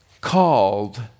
called